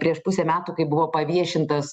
prieš pusę metų kai buvo paviešintas